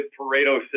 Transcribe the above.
Pareto